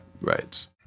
rights